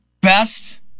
best